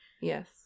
Yes